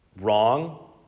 wrong